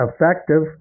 effective